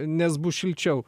nes bus šilčiau